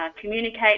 Communicate